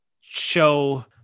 show